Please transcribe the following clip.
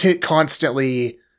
constantly